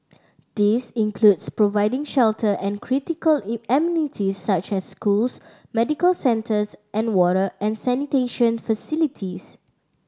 this includes providing shelter and critical amenities such as schools medical centres and water and sanitation facilities